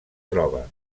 troba